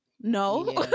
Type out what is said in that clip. no